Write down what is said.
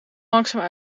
langzaam